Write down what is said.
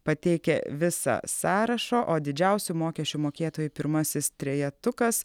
pateikia visą sąrašą o didžiausių mokesčių mokėtojų pirmasis trejetukas